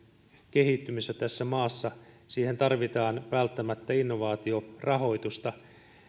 kehittymisessä tässä maassa siihen tarvitaan välttämättä innovaatiorahoitusta